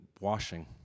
washing